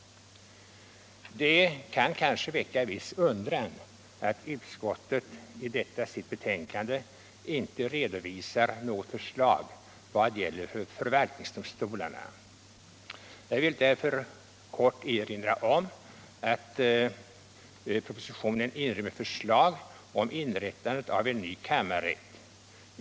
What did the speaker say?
Det kan kanske väcka viss undran att utskottet i detta sitt betänkande inte redovisar något förslag vad gäller förvaltningsdomstolarna. Jag vill därför kort erinra om att propositionen inrymmer förslag om inrättande av en ny kammarrätt.